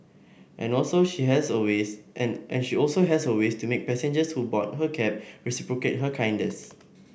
and also she has her ways and and she also has her ways to make passengers who board her cab reciprocate her kindness